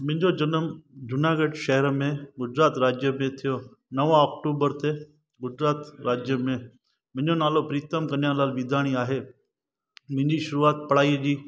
मुंहिंजो जनमु जूनागढ़ शहर में गुजरात राज्य में थियो नव अक्टूबर ते गुजरात राज्य में मुंहिंजो नालो प्रीतम कन्हैयालाल विधाणी आहे मुंहिंजी शुरूआति पढ़ाईअ जी